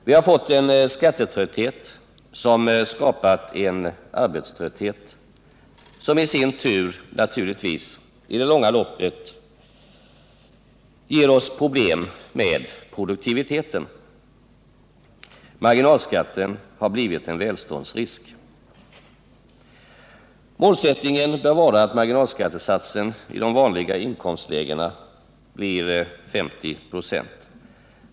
Vi har fått en skattetrötthet som skapat en arbetströtthet, som i sin tur i det långa loppet naturligtvis ger oss problem med produktiviteten. Marginalskatten har blivit en välståndsrisk. Målsättningen bör vara att marginalskattesatsen i de vanliga inkomstlägena är 50 26.